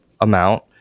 amount